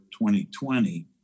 2020